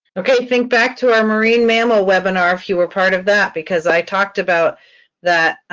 okay, think back to our marine mammal webinar if you were part of that because i talked about that,